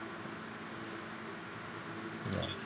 ya